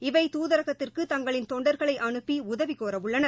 இவை தூதரகத்திற்கு தங்களின் தொண்டர்களை அனுப்பி உதவி கோர உள்ளனர்